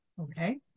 Okay